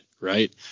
right